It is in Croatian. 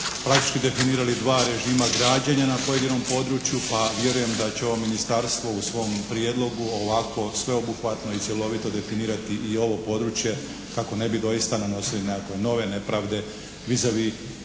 praktički definirali dva režima građenja na pojedinom području pa vjerujem da će ovo ministarstvo u svom prijedlogu ovako sveobuhvatno i cjelovito definirati i ovo područje kako ne bi doista nanosili nekakve nove nepravde vis